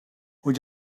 would